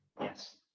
Yes